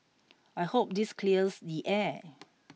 I hope this clears the air